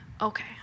Okay